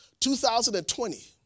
2020